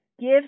Give